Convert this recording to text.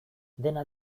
dena